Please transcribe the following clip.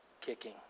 kicking